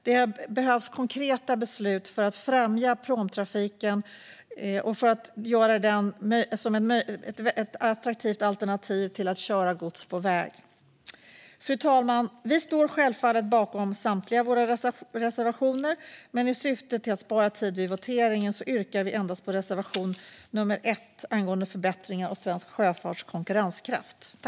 Det behövs konkreta beslut för att främja pråmtrafiken och göra den till ett attraktivt alternativ till att köra gods på väg. Fru talman! Vi står självfallet bakom samtliga våra reservationer, men i syfte att spara tid vid voteringen yrkar jag bifall enbart till reservation 1 angående förbättringar av svensk sjöfarts konkurrenskraft.